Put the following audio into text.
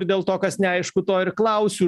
ir dėl to kas neaišku to ir klausiu